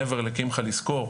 מעבר לקמחא לזכור,